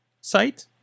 site